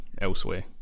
elsewhere